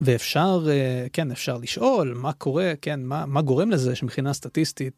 ואפשר, כן, אפשר לשאול מה קורה, כן, מה גורם לזה שמבחינה סטטיסטית.